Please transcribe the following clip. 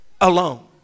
alone